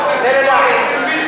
אדוני היושב-ראש,